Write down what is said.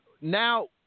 Now